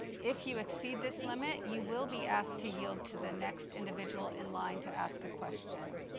if you exceed this limit, you will be asked to yield to the next individual in line to ask a question.